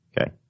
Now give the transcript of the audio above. Okay